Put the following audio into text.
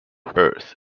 earth